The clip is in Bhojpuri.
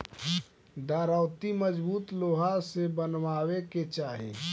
दराँती मजबूत लोहा से बनवावे के चाही